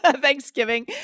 Thanksgiving